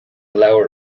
leabhar